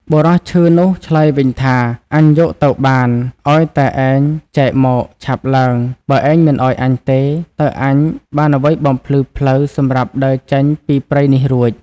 បុរសឈឺនោះឆ្លើយវិញថា "អញយកទៅបាន ឲ្យតែឯងចែកមក ឆាប់ឡើង! បើឯងមិនឲ្យអញទេ តើអញបានអ្វីបំភ្លឺផ្លូវសម្រាប់ដើរចេញពីព្រៃនេះរួច" ។